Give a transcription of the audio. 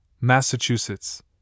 Massachusetts